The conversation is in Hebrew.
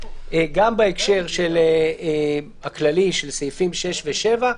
גם בהקשר הכללי של סעיפים 6 ו-7,